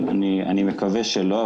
אני מקווה שלא,